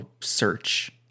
search